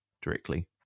directly